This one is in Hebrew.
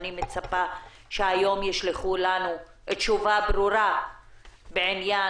אני מצפה שהיום ישלחו לנו תשובה ברורה בעניין